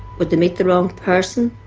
would they meet the wrong person?